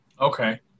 Okay